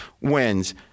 wins